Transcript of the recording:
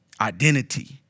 identity